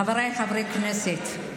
חבריי חברי הכנסת,